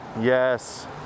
yes